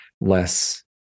less